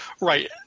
Right